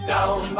Down